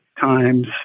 times